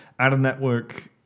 Out-of-network